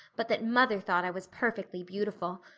but that mother thought i was perfectly beautiful.